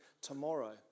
tomorrow